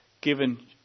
given